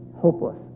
hopeless